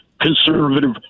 conservative